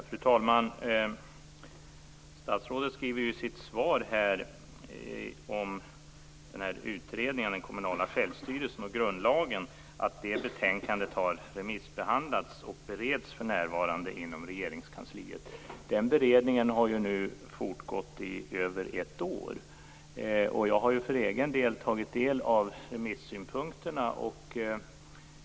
Fru talman! Statsrådet skriver i sitt svar om utredningen om den kommunala självstyrelsen och grundlagen att betänkandet har remissbehandlats och bereds för närvarande i Regeringskansliet. Den beredningen har nu fortgått i över ett år. Jag har för egen del tagit del av remissynpunkterna.